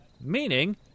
meaning